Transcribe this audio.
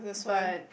but